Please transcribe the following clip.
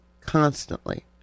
constantly